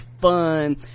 fun